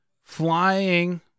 flying